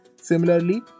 Similarly